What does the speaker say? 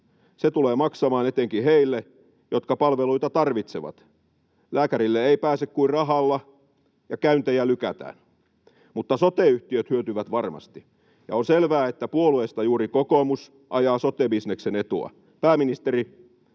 Se tulee maksamaan etenkin heille, jotka palveluita tarvitsevat. Lääkärille ei pääse kuin rahalla, ja käyntejä lykätään. Mutta sote-yhtiöt hyötyvät varmasti. Ja on selvää, että puolueesta juuri kokoomus ajaa sote-bisneksen etua. Pääministeri,